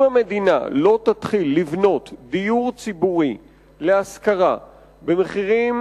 אם המדינה לא תתחיל לבנות דיור ציבורי להשכרה במחירים